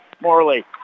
Morley